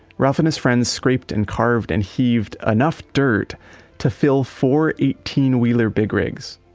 ralph and his friends scraped and craved and heaved enough dirt to fill four, eighteen wheeler big rigs.